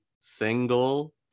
single